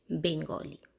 bengali